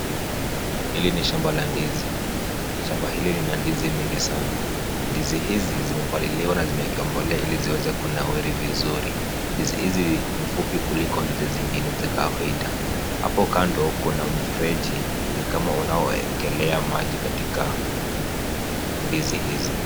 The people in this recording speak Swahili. Hili ni shamba la ndizi. Shamba hili lina ndizi mingi sana. Ndizi hizi zimepaliliwa na zimewekewa mbolea ili ziweze kunawiri vizuri. Ndizi hizi ni fupi kuliko ndizi zingine za kawaida. Hapo kando kuna mfereji ni kama unaowekelea maji katika ndizi hizi.